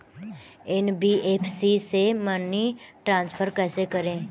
NBFC से money transfer कैसे करें?